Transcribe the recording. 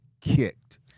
kicked